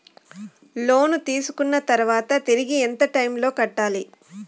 లోను తీసుకున్న తర్వాత తిరిగి ఎంత టైములో కట్టాలి